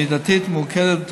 מידתית וממוקדת,